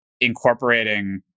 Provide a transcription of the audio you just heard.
incorporating